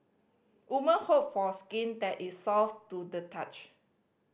woman hope for skin that is soft to the touch